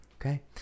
Okay